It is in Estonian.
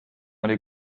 oli